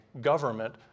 government